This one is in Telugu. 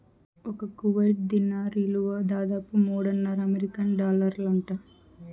ఒక్క కువైట్ దీనార్ ఇలువ దాదాపు మూడున్నర అమెరికన్ డాలర్లంట